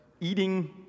Eating